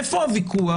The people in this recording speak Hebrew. איפה הוויכוח?